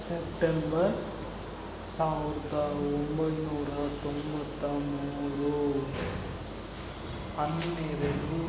September ಸಾವಿರ್ದ ಒಂಬೈನೂರ ತೊಂಬತ್ತ ಮೂರು ಹನ್ನೆರಡು